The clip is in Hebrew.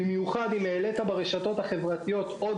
במיוחד אם העלית ברשתות החברתיות עוד